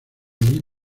allí